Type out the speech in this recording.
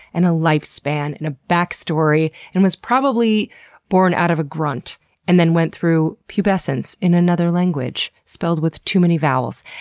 and a lifespan, and a backstory, and was probably born out of a grunt and then went through pubescence in another language spelled with too many vowels.